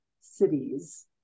cities